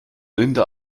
linda